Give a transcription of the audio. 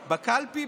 בקלפי,